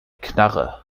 knarre